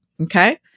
Okay